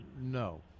no